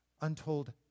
untold